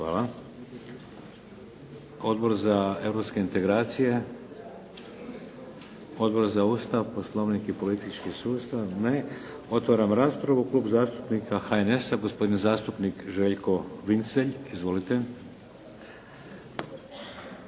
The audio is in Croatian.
Hvala. Odbor za europske integracije? Odbor za Ustav, Poslovnik i politički sustav? Ne. Otvaram raspravu. Klub zastupnika HNS-a gospodin zastupnik Željko Vincelj. Izvolite.